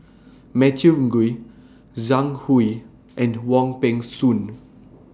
Matthew Ngui Zhang Hui and Wong Peng Soon